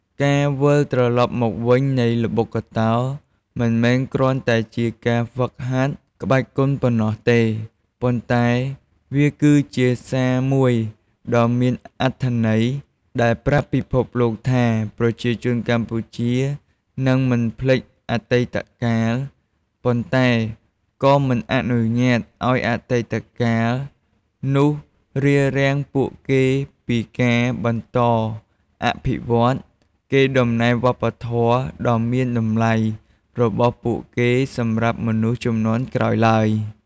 ការវិលត្រឡប់មកវិញនៃល្បុក្កតោមិនមែនគ្រាន់តែជាការហ្វឹកហាត់ក្បាច់គុនប៉ុណ្ណោះទេ ប៉ុន្តែវាគឺជាសារមួយដ៏មានអត្ថន័យ ដែលប្រាប់ពិភពលោកថា ប្រជាជនកម្ពុជានឹងមិនភ្លេចអតីតកាល ប៉ុន្តែក៏មិនអនុញ្ញាតឱ្យអតីតកាលនោះរារាំងពួកគេពីការ បន្តអភិវឌ្ឍ កេរដំណែលវប្បធម៌ដ៏មានតម្លៃរបស់ពួកគេសម្រាប់មនុស្សជំនាន់ក្រោយឡើយ។